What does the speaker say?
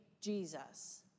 Jesus